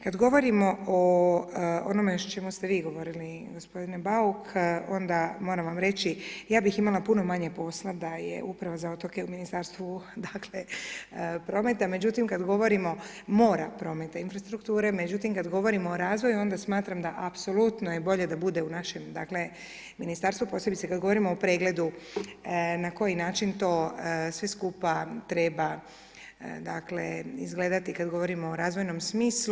Kad govorimo o onome o čemu ste vi govorili gospodine Bauk, onda moram vam reći, ja bih imala puno manje posla da je Uprava za otoke u Ministarstvu, dakle, prometa, međutim kad govorimo, mora, prometa i infrastrukture, međutim kad govorimo o razvoju, onda smatram da apsolutno je bolje da bude u našem, dakle, Ministarstvu, posebice kad govorimo o pregledu na koji način to sve skupa treba, dakle, izgledati kad govorimo o razvojnom smislu.